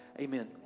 Amen